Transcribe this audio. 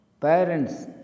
Parents